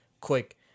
quick